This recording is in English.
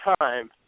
time